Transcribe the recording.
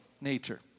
nature